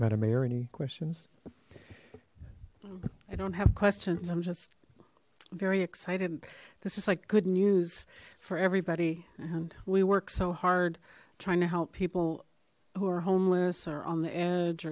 a or any questions i don't have questions i'm just very excited this is like good news for everybody and we work so hard trying to help people who are homeless or on the edge